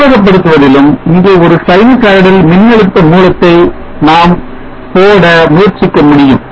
உருவக படுத்துவதிலும் இங்கே ஒரு sinusoidal மின்னழுத்த மூலத்தை போட நாம் முயற்சிக்க முடியும்